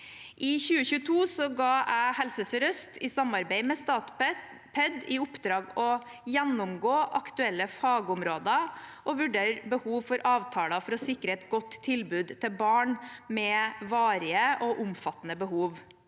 I 2022 ga jeg Helse sørøst, i samarbeid med Statped, i oppdrag å gjennomgå aktuelle fagområder og vurdere behov for avtaler for å sikre et godt tilbud til barn med varige og omfattende behov.